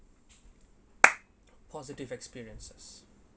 positive experiences